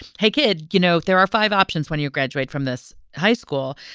hey, kid, you know, there are five options when you graduate from this high school.